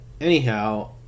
Anyhow